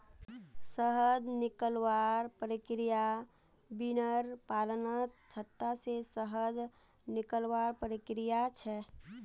शहद निकलवार प्रक्रिया बिर्नि पालनत छत्ता से शहद निकलवार प्रक्रिया छे